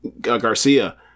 Garcia